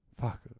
fuck